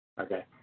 Okay